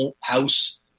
house